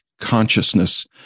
consciousness